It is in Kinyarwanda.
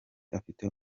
afite